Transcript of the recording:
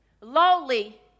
lowly